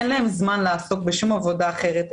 אין להם זמן לעסוק בעבודה אחרת.